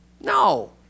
no